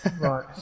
right